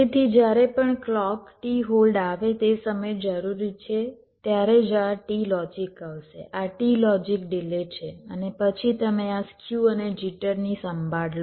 તેથી જ્યારે પણ ક્લૉક t હોલ્ડ આવે તે સમય જરૂરી છે ત્યારે જ આ t લોજિક આવશે આ t લોજિક ડિલે છે અને પછી તમે આ સ્ક્યુ અને જિટરની સંભાળ લો